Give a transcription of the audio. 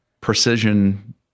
precision